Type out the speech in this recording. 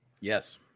Yes